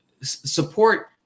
support